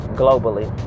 globally